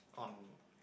on